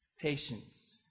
patience